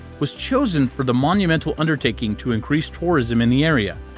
was chosen for the monumental undertaking, to increase tourism in the area.